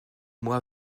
moi